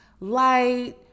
light